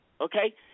Okay